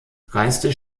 reiste